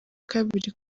kabiri